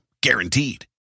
Guaranteed